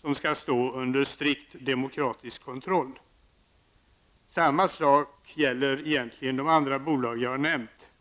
som skall stå under strikt demokratisk kontroll. Samma sak gäller egentligen de fyra bolag som jag har nämnt.